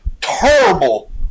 Terrible